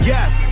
Yes